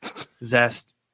zest